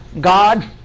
God